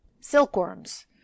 Silkworms